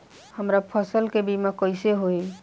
हमरा फसल के बीमा कैसे होई?